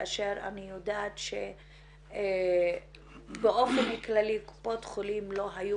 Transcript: כאשר אני יודעת שבאופן כללי קופות החולים לא היו